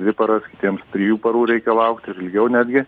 dvi paras kitiems trijų parų reikia laukti ir ilgiau netgi